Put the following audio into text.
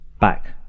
back